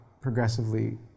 progressively